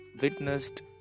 witnessed